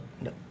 No